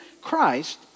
Christ